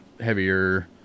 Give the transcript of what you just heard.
heavier